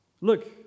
Look